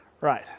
Right